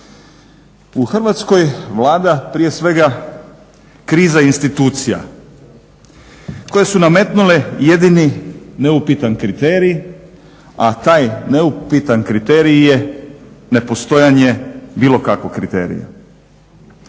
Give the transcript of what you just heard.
U Hrvatskoj vlada, prije svega kriza institucija koje su nametnule jedini neupitan kriterij, a taj neupitan kriterij je nepostojanje bilo kakvog kriterija.